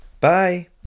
Bye